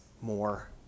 more